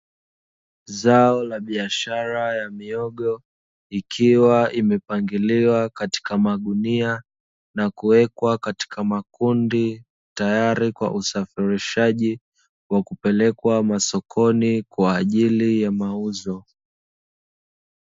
Zao la biashara ya mihogo ikiwa imepangiliwa katika magunia na kuwekwa katika makundi, tayari kwa usafirishaji wa kupelekwa masokoni kwa ajili ya mauzo.